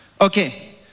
Okay